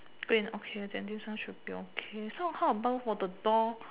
green okay then this one should be okay so how about for the door